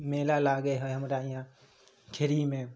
मेला लागै हइ हमरा हिआँ खेरहीमे